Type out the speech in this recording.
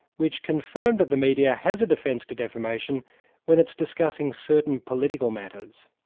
which confirmed that the media has a defence to defamation when it's discussing certain political matters.